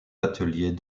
ateliers